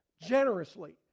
generously